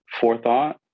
forethought